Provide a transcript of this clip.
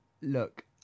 look